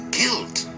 guilt